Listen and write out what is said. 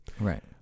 Right